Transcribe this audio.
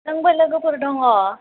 आंबो लोगोफोर दङ